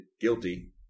guilty